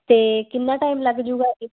ਤੇ ਕਿੰਨਾ ਟਾਈਮ ਲੱਗ ਜਾਊਗਾ